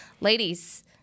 ladies